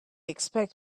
expect